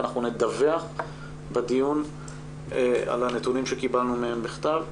אנחנו נדווח בדיון על הנתונים שקיבלנו מהם בכתב.